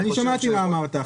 שמעתי מה אמרת.